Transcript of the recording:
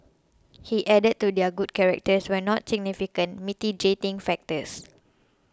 he added that their good characters were not significant mitigating factors